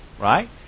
Right